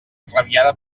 enrabiada